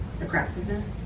Aggressiveness